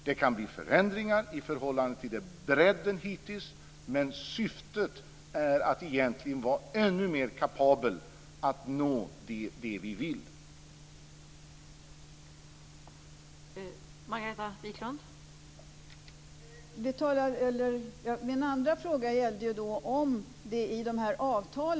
Det kan bli förändringar i förhållande till den hittillsvarande bredden, men syftet är att bli ännu mer kapabel för att nå det som vi vill nå.